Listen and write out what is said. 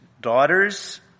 daughters